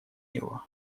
его